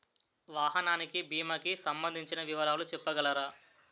వాహనానికి భీమా కి సంబందించిన వివరాలు చెప్పగలరా?